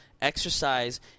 Exercise